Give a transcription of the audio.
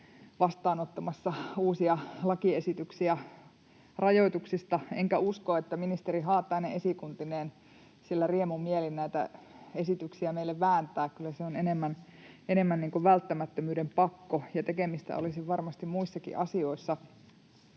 vastaanottamassa uusia lakiesityksiä rajoituksista, enkä usko, että ministeri Haatainen esikuntineen siellä riemumielin näitä esityksiä meille vääntää. Kyllä se on enemmän välttämättömyyden pakko, ja tekemistä olisi varmasti muissakin asioissa.